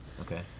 Okay